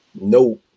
no